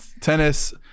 tennis